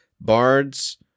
bards